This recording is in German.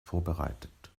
vorbereitet